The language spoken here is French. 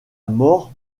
mort